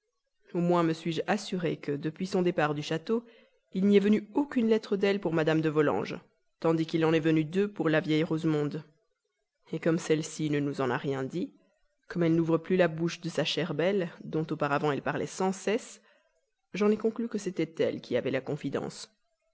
au moins me suis-je assuré que depuis son départ du château il n'y est venu aucune lettre d'elle pour mme de volanges tandis qu'il en est venu deux pour la vieille rosemonde comme celle-ci ne nous en a rien dit comme elle n'ouvre plus la bouche de sa chère belle dont auparavant elle parlait sans cesse j'en ai conclu que c'était elle qui avait la confidence